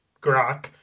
Grok